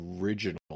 original